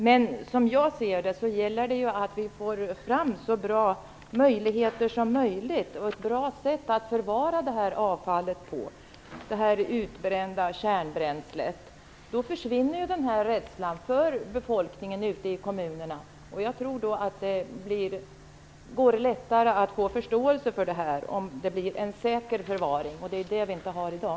Men som jag ser det gäller det att vi får fram ett så bra sätt som möjligt att förvara det utbrända kärnbränslet på. Då försvinner rädslan hos befolkningen ute i kommunerna. Jag tror att det går lättare att få förståelse för det här om det blir en säker förvaring. Det är det vi inte har i dag.